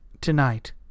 Tonight